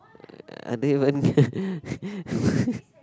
I don't even